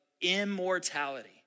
immortality